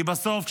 כי בסוף,